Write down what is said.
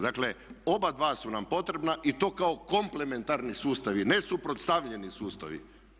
Dakle oba dva su nam potrebna i to kao komplementarni sustavi ne suprotstavljeni sustavi.